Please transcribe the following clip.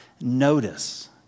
notice